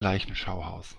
leichenschauhaus